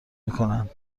میکنند